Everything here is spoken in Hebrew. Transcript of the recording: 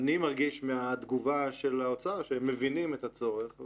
אני מרגיש מהתגובה של האוצר שהם מבינים את הצורך,